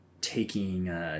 taking